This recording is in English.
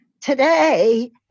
Today